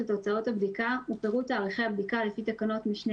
תוצאות הבדיקה ופירוט תאריכי הבדיקה לפי תקנות משנה